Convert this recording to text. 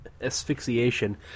asphyxiation